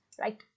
right